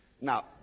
Now